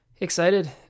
excited